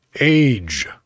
Age